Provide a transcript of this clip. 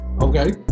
okay